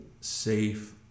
safe